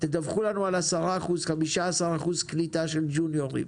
תדווחו לנו על 10%, 15% קליטה של ג'וניורים.